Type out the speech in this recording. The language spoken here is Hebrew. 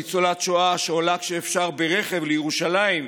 ניצולת שואה שעולה ברכב לירושלים,